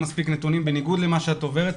מספיק נתונים בניגוד למה שאת אומרת.